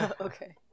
Okay